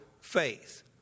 faith